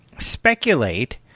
speculate